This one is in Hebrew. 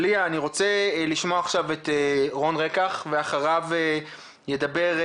רוצה לשמוע עכשיו את רון רקח ואחריו או